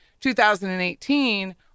2018